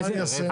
מה נעשה?